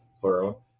plural